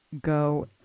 go